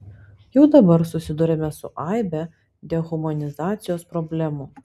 jau dabar susiduriame su aibe dehumanizacijos problemų